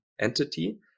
entity